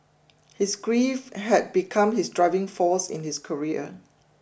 his grief had become his driving force in his career